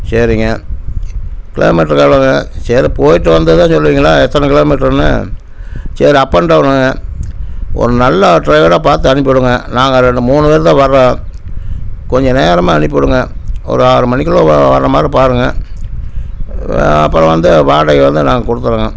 சரிங்க கிலோமீட்டருக்கு எவ்வளோங்க சரி போய்விட்டு வந்தால்தான் சொல்லுவீங்களா எத்தனை கிலோமீட்டர்னு சரி அப் அன் டௌனுங்க ஒரு நல்ல ட்ரைவராக பாத்து அனுப்பி விடுங்க நாங்க ரெண்டு மூணு பேர் தான் வரோம் கொஞ்சம் நேரமாக அனுப்பிவிடுங்க ஒரு ஆறு மணிக்குள்ள வர மாதிரி பாருங்கள் அப்புறம் வந்து வாடகையை வந்து நாங்கள் கொடுத்தட்றோங்க